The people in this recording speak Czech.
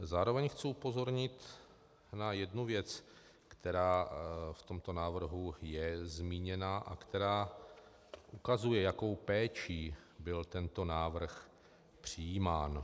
Zároveň chci upozornit na jednu věc, která v tomto návrhu je zmíněna a která ukazuje, s jakou péčí byl tento návrh přijímán.